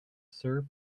surf